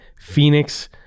Phoenix